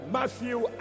Matthew